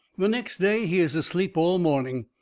the next day he is asleep all morning.